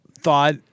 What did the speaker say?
thought